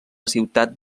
ciutat